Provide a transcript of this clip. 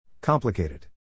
Complicated